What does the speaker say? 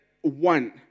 one